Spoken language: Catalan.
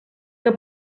que